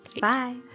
Bye